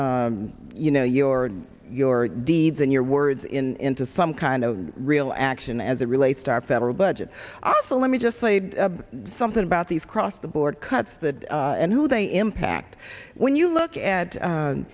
put you know your your deeds and your words in to some kind of real action as it relates to our federal budget so let me just say something about these cross the board cuts and who they impact when you look at